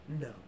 No